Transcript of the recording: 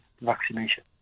vaccination